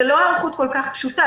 זה לא היערכות כל כך פשוטה.